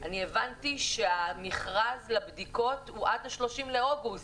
אני הבנתי שהמכרז לבדיקות הוא עד ה-31 באוגוסט.